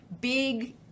big